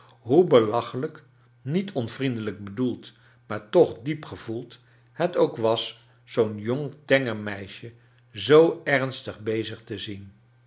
hoe belachelijk niet onvriendelijk bedoeld maar toch diep gevoeld het ook was zoo'n jong tenger meiske zoo ernstig bezig te zien